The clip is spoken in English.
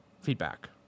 feedback